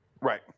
Right